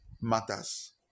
matters